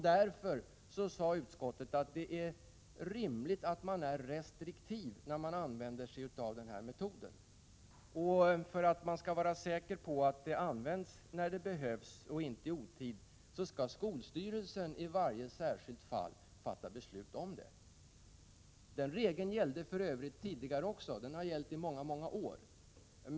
Därför sade utskottet då att det är rimligt att man är restriktiv med användning av denna metod. För att man skall kunna vara säker på att den används när den behövs, och inte i otid, skall skolstyrelsen i varje särskilt fall fatta beslut om detta. Den regeln gällde för övrigt tidigare också; den har gällt i många år.